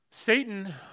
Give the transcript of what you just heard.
Satan